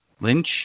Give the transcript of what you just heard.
Lynch